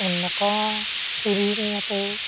ᱱᱚᱠᱟ ᱥᱮᱨᱮᱧ ᱟᱛᱮ